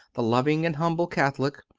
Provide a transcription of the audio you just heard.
the loving and humble catholic,